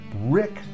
Rick